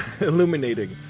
Illuminating